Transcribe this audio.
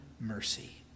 mercy